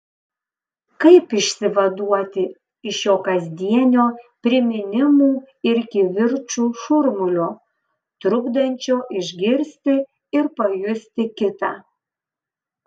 kaip išsivaduoti iš šio kasdienio priminimų ir kivirčų šurmulio trukdančio išgirti ir pajusti kitą